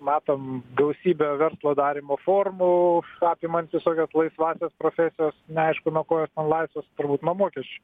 matom gausybę verslo darymo formų apimant visokias laisvąsias profesijas neaišku nuo ko jos ten laisvos turbūt nuo mokesčių